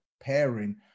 pairing